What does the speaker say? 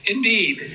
Indeed